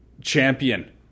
champion